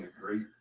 Great